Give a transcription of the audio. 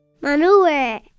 Manure